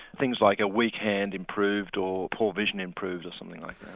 things like a weak hand improved, or poor vision improved or something like that.